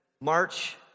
March